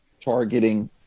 targeting